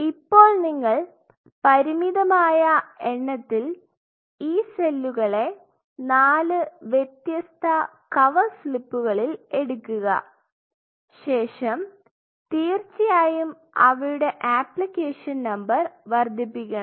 ഇപ്പോൾ നിങ്ങൾ പരിമിതമായ എണ്ണത്തിൽ ഈ സെല്ലുകളെ നാല് വ്യത്യസ്ത കവർ സ്ലിപ്പുകളിൽ എടുക്കുക ശേഷം തീർച്ചയായും അവയുടെ ആപ്ലിക്കേഷൻ നമ്പർ വർദ്ധിപ്പിക്കണം